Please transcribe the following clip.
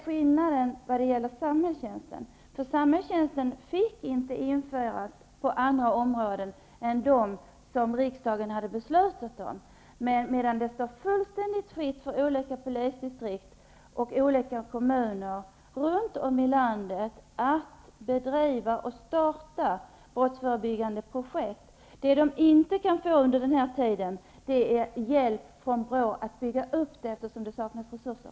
Skillnaden i förhållande till samhällstjänsten är att samhällstjänsten inte fick införas på andra områden än dem som riksdagen hade fattat beslut om, medan det står fullständigt fritt för olika polisdistrikt och olika kommuner runt om i landet att starta och bedriva brottsförebyggande projekt. Det de inte kan få under den här tiden är hjälp från BRÅ att bygga upp verksamheten, eftersom det saknas resurser.